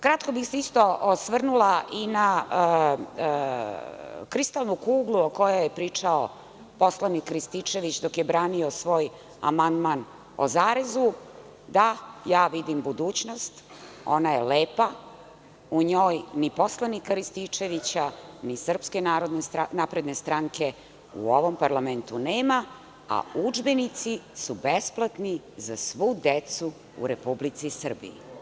Kratko bih se isto osvrnula i na kristalnu kuglu o kojoj je pričao poslanik Rističević dok je branio svoj amandman o zarezu, da, ja vidim budućnost, ona je lepa, u njoj ni poslanika Rističevića, ni SNS u ovom parlamentu nema, a udžbenici su besplatni za svu decu u Republici Srbiji.